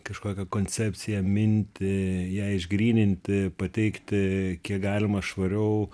kažkokią koncepciją mintį ją išgryninti pateikti kiek galima švariau